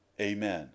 Amen